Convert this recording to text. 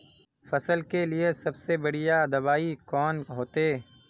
फसल के लिए सबसे बढ़िया दबाइ कौन होते?